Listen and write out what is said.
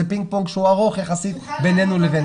פינג פונג שהוא ארוך יחסית בינינו לבינם.